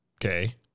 Okay